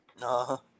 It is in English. No